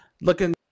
Looking